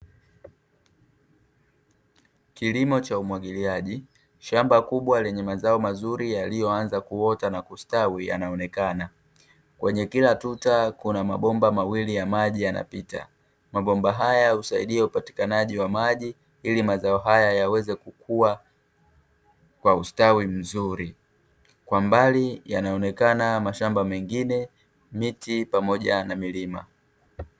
Kilimo cha umwagiliaji shamba kubwa lenye mazao mazuri yaliyoanza kuota na kustawi yanaonekana kwenye kila tuta, kuna mabomba mawili ya maji yanapita mabomba haya husaidia upatikanaji wa maji ili mazao haya yaweze kukua kwa ustawi mzuri, kwa mbali yanaonekana mashamba mengine miti pamoja na milima.